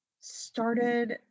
started